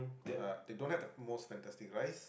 uh they don't have the most fantastic rice